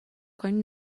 کنیم